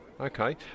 Okay